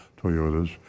Toyotas